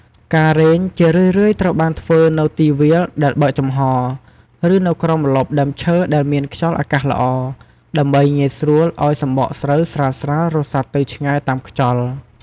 ការរែង ជារឿយៗត្រូវបានធ្វើនៅទីវាលដែលបើកចំហរ ឬនៅក្រោមម្លប់ដើមឈើដែលមានខ្យល់អាកាសល្អ ដើម្បីងាយស្រួលឱ្យសម្បកស្រូវស្រាលៗរសាត់ទៅឆ្ងាយតាមខ្យល់។